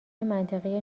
منطقی